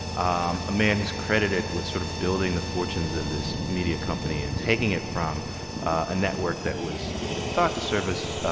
um a man who's credited with sort of building the fortunes of this media company and taking it from a network that was thought to service,